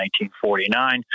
1949